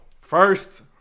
first